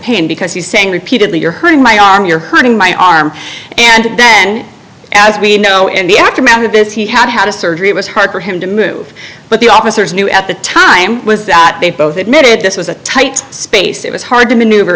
pain because he's saying repeatedly you're hurting my arm you're hurting my arm and then as we know in the aftermath of this he had had a surgery it was hard for him to move but the officers knew at the time was that they both admitted this was a tight space it was hard to maneuver